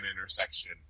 intersection